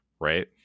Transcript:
right